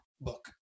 book